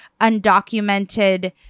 undocumented